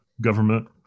government